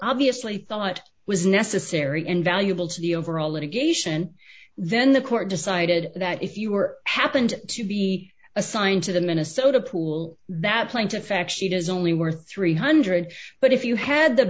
obviously thought was necessary invaluable to the overall litigation then the court decided that if you are happened to be assigned to the minnesota pool that plaintiff factsheet is only worth three hundred dollars but if you had the